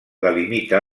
delimita